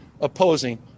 opposing